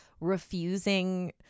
refusing